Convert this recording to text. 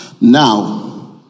now